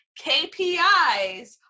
KPIs